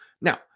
Now